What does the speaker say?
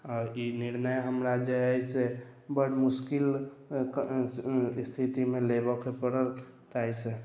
आओर ई निर्णय हमरा जे एहि से बड़ मुश्किल स्थिति मे लेबऽ के परल ताहिसे